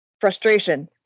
frustration